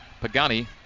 Pagani